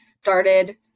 started